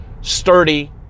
sturdy